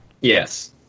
Yes